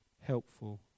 helpful